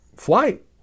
Flight